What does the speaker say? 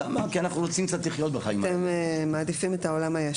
כי אנחנו רוצים קצת לחיות בחיים --- אתם מעדיפים את העולם הישן.